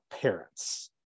parents